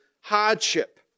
hardship